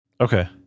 Okay